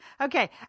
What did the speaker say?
okay